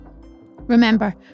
Remember